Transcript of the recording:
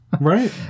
Right